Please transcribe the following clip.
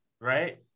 right